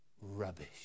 rubbish